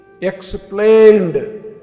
explained